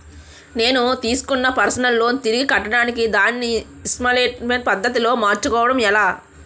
నేను తిస్కున్న personal loan తిరిగి కట్టడానికి దానిని ఇంస్తాల్మేంట్ పద్ధతి లో మార్చుకోవడం ఎలా?